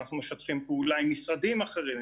אנחנו משתפים פעולה עם משרדים אחרים,